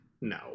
no